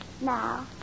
now